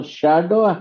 shadow